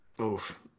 Oof